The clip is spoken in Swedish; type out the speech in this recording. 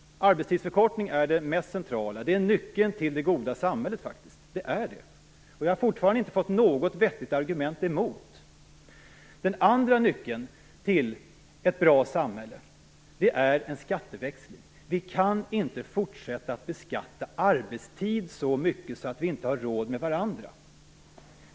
Arbetstidsförkortning är det mest centrala. Det är den första nyckeln till det goda samhället. Det är det. Jag har fortfarande inte något vettigt argument emot det. Den andra nyckeln till ett bra samhälle är en skatteväxling. Vi kan inte fortsätta att beskatta arbetstid så mycket att vi inte har råd med varandra.